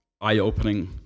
eye-opening